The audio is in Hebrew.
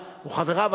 או חבריו,